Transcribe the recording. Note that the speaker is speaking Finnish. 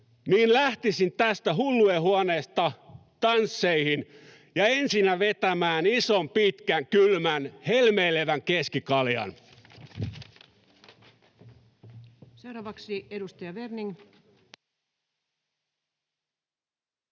lähtisin tästä hullujenhuoneesta tansseihin ja ensinnä vetämään ison, pitkän, kylmän, helmeilevän keskikaljan.